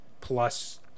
plus